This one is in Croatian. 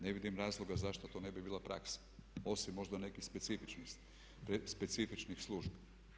Ne vidim razloga zašto to ne bi bila praksa, osim možda nekih specifičnih službi.